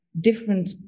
different